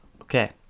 Okay